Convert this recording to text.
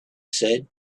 said